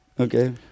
Okay